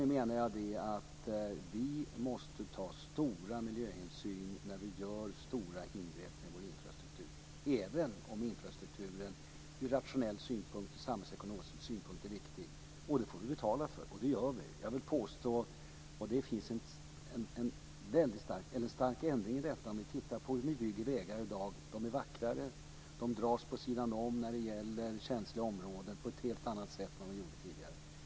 Vi måste ta stora miljöhänsyn när vi gör stora ingrepp i vår infrastruktur, även om infrastrukturen från rationell synpunkt och samhällsekonomisk synpunkt är riktig. Det får vi betala för, och det gör vi. Om man jämför hur man byggde vägar förr och i dag har det skett en stor förändring. I dag är vägarna vackrare, och de dras vid sidan av känsliga områden på ett helt annat sätt än vad man gjorde tidigare.